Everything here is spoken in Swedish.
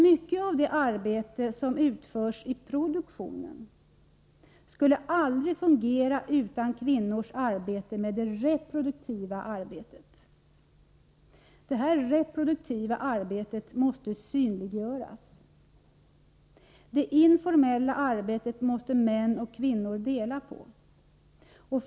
Mycket av det arbete som utförs i produktionen skulle aldrig fungera utan kvinnornas reproduktiva arbete. Det här reproduktiva arbetet måste synliggöras. Det informella arbetet måste män och kvinnor dela på.